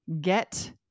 get